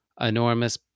enormous